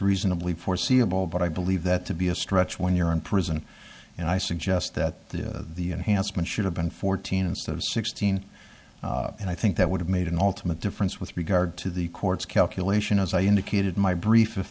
reasonably foreseeable but i believe that to be a stretch when you're in prison and i suggest that the enhancement should have been fourteen instead of sixteen and i think that would have made an ultimate difference with regard to the court's calculation as i indicated in my brief